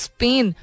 Spain